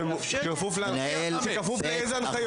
תתאפשר כניסה --- כפוף לאיזה הנחיות?